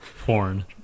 porn